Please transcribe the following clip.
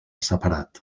separat